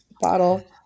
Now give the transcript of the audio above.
bottle